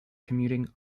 commuting